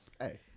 Hey